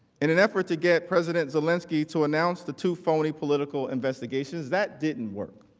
in an effort to get president zelensky to announce the two phony political investigations, that didn't work.